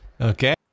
Okay